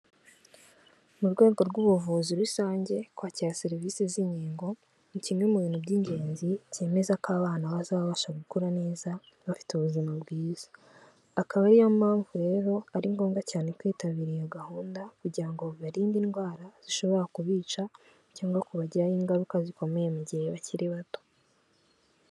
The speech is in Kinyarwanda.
Mu rwego rw'ubuvuzi rusange kwakira serivise z'inkingo ni kimwe mu bintu by'ingenzi byemeza ko abana bazabasha gukora neza bafite ubuzima bwiza, akaba ariyo mpamvu rero ari ngombwa cyane kwitabira iyo gahunda kugira ngo bibaririnde indwara zishobora kubica cyangwa kubagiraho ingaruka zikomeye mu gihe bakiri bato.